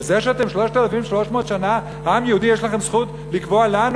בזה שאתם 3,300 שנה עם יהודי יש לכם זכות לקבוע לנו